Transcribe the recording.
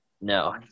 No